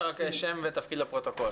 אנא תציג את עצמך, שם ותפקיד, לפרוטוקול.